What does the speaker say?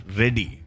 ready